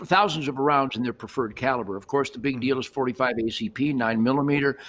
thousands of rounds in their preferred caliber. of course, the big deal is forty five acp nine millimeter,